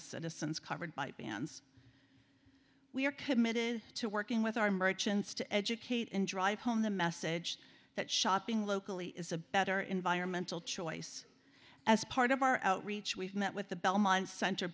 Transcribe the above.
the citizens covered by benz we are committed to working with our merchants to educate and drive home the message that shopping locally is a better environmental choice as part of our outreach we've met with the belmont cent